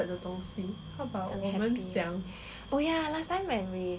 oh ya last time when we was